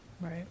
Right